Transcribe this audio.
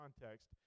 context